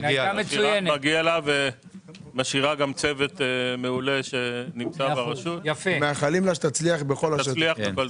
היא משאירה צוות מעולה שנמצא ברשות ומאחלים לה שתצליח בכל דבר.